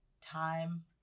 time